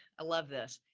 i love this,